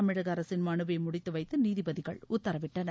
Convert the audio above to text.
தமிழக அரசின் மனுவை முடித்துவைத்து நீதிபதிகள் உத்தரவிட்டனர்